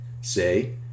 Say